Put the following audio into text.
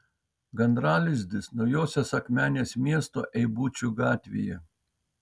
gandralizdis naujosios akmenės miesto eibučių gatvėje